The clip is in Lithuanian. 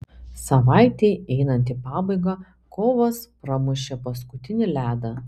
savaitei einant į pabaigą kovas pramušė paskutinį ledą